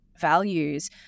values